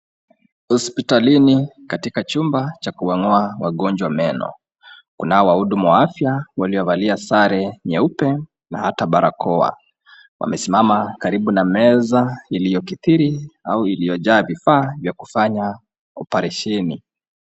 Hospitalini katika chumba cha kuwang'oa wagonjwa meno. Kunao wahudumu wa afya waliovalia sare nyeupe na hata barakoa. Wamesimama karibu na meza iliyokithiri, au iliyojaa vifaa vya kufanya oparesheni.